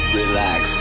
Relax